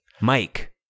Mike